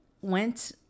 went